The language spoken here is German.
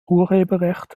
urheberrecht